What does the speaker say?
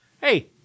Hey